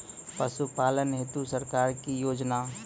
पशुपालन हेतु सरकार की योजना?